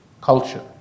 culture